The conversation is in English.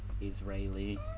israeli